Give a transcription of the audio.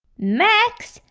max?